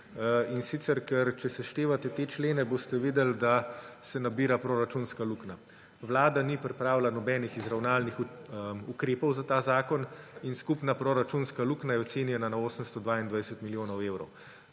še odprti. Ker če seštevate te člene, boste videli, da se nabira proračunska luknja. Vlada ni pripravila nobenih izravnalnih ukrepov za ta zakon in skupna proračunska luknja je ocenjena na 822 milijonov evrov,